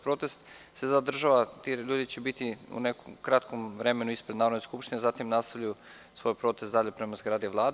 Protest se zadržava, ti ljudiće biti u nekom kratkom vremenu ispred Narodne skupštine, zatim nastavljaju svoj protest dalje prema zgradi Vlade.